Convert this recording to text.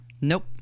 Nope